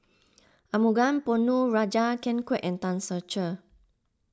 Arumugam Ponnu Rajah Ken Kwek and Tan Ser Cher